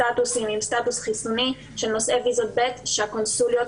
סטטוסים עם סטטוס חיסוני של נושאי ויזות ב' שהקונסוליות